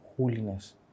Holiness